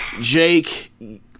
Jake